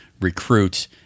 recruit